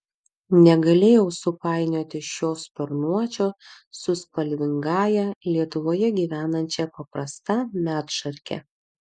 negalėjau supainioti šio sparnuočio su spalvingąja lietuvoje gyvenančia paprasta medšarke